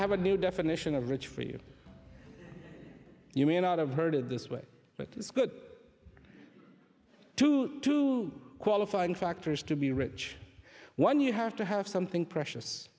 have a new definition of rich for you you may not have heard this way but it's good to to qualify and factors to be rich one you have to have something precious